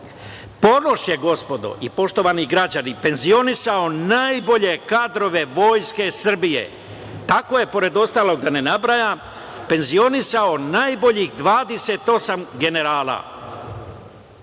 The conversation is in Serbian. Ponoš je, gospodo i poštovani građani, penzionisao najbolje kadrove Vojske Srbije. Tako je, pored ostalog, da ne nabrajam, penzionisao najboljih 28 generala,